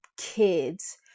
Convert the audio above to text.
kids